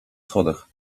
schodach